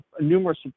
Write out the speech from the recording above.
numerous